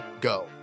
go